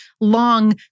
long